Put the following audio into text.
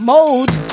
Mode